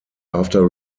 after